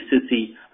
city